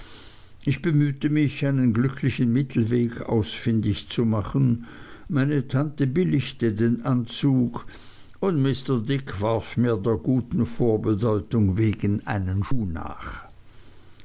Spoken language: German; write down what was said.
ich bemühte mich einen glücklichen mittelweg ausfindig zu machen meine tante billigte den anzug und mr dick warf mir der guten vorbedeutung wegen einen schuh nach